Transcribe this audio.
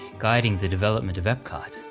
guiding the development of epcot,